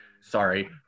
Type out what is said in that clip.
Sorry